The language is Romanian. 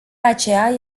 aceea